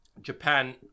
Japan